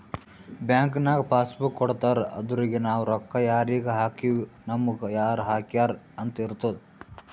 bank ನಾಗ್ passbook ಕೊಡ್ತಾರ ಅದುರಗೆ ನಾವ್ ರೊಕ್ಕಾ ಯಾರಿಗ ಹಾಕಿವ್ ನಮುಗ ಯಾರ್ ಹಾಕ್ಯಾರ್ ಅಂತ್ ಇರ್ತುದ್